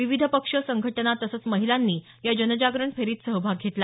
विविध पक्ष संघटना तसंच महिलांनी या जनजागरण फेरीत सहभाग घेतला